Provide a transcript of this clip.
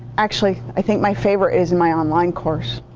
actually i think my favorite is my online course.